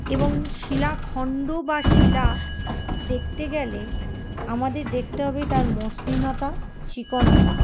এবং শিলাখন্ড বা শিলা দেখতে গেলে আমাদের দেখতে হবে তার মসৃণতা চিকনতা